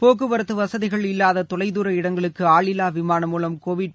போக்குவரத்து வசதிகள் இல்லாத தொலைதூர இடங்களுக்கு ஆளில்லா விமானம் மூலம் கோவிட்